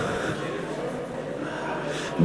מוקדם בוועדת החוקה, חוק ומשפט נתקבלה.